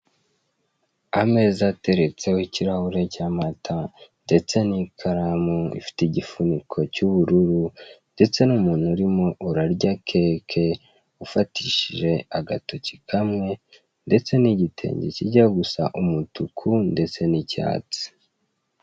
Ameza ateretseho ikirahure cy'amata ndetse n'ikaramu ifite igifuniko cy'ubururu, ndetse n'umuntu urimo urarya keke afatishije agatoki kamwe, ndetse n'igitenge kijya gusa umutuku ndetse n'icyatsi.